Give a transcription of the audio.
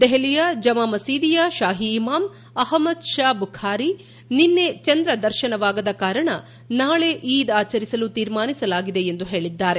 ದೆಹಲಿಯ ಜಮಾ ಮಸೀದಿಯ ಶಾಹಿ ಇಮಾಮ್ ಅಹಮದ್ ಶಾ ಬುಖಾರಿ ನಿನ್ನೆ ಚಂದ್ರ ದರ್ಶನವಾಗದ ಕಾರಣ ನಾಳೆ ಈದ್ ಆಚರಿಸಲು ತೀರ್ಮಾನಿಸಲಾಗಿದೆ ಎಂದು ಹೇಳಿದ್ದಾರೆ